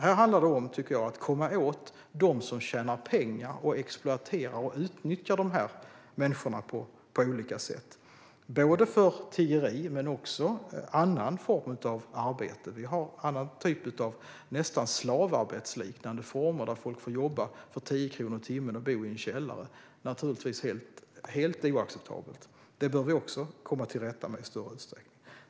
Här handlar det, tycker jag, om att komma åt dem som tjänar pengar på och exploaterar och utnyttjar dessa människor på olika sätt - för tiggeri men också andra former av arbete. Det finns nästan slavarbetsliknande former där folk får jobba för 10 kronor i timmen och bo i en källare. Det är naturligtvis helt oacceptabelt. Också det bör vi komma till rätta med i större utsträckning.